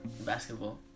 basketball